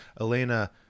Elena